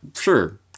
sure